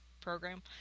program